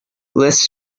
list